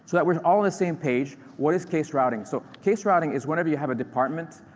that we're all on the same page, what is case-routing? so case-routing is whenever you have a department,